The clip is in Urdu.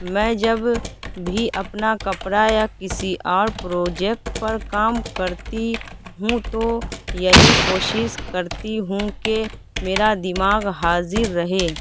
میں جب بھی اپنا کپڑا یا کسی اور پروجیکٹ پر کام کرتی ہوں تو یہی کوشس کرتی ہوں کہ میرا دماغ حاضر رہے